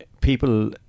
people